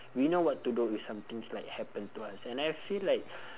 we know what to do if some things like happen to us and I feel like